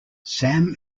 sam